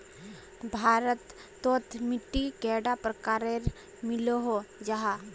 भारत तोत मिट्टी कैडा प्रकारेर मिलोहो जाहा?